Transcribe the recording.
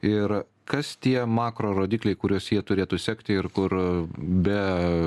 ir kas tie makrorodikliai kuriuos jie turėtų sekti ir kur be